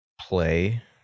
play